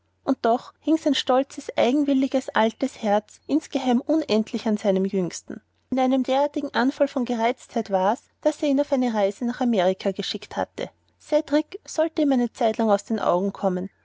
und doch hing sein stolzes eigenwilliges altes herz insgeheim unendlich an seinem jüngsten in einem derartigen anfall von gereiztheit war's daß er ihn auf eine reise nach amerika geschickt hatte cedrik sollte ihm eine zeitlang aus den augen kommen